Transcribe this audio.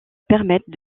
permettent